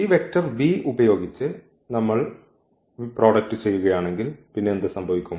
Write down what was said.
ഈ vector v ഉപയോഗിച്ച് നമ്മൾ ഈ പ്രോഡക്റ്റ് ചെയ്യുകയാണെങ്കിൽ പിന്നെ എന്ത് സംഭവിക്കും